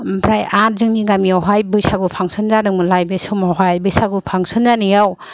ओमफ्राय आरो जोंनि गामियावहाय बैसागु फांसन जादोंमोनलाय बे समावहाय बैसागु फांसन जानायाव